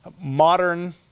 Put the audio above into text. modern